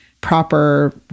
proper